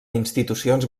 institucions